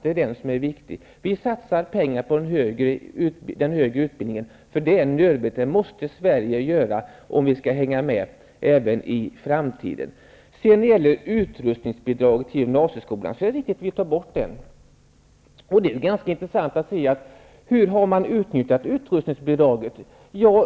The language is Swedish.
Det är den som är viktig. Vi satsar pengar på den högre utbildningen, för det måste vi göra om Sverige skall hänga med även i framtiden. Sedan är det riktigt att vi tar bort utrustningsbidraget till gymnasieskolan. Det är ganska intressant att se hur man har utnyttjat det bidraget.